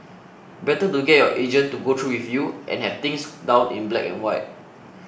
better to get your agent to go through with you and have things down in black and white